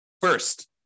First